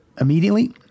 immediately